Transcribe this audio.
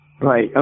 Right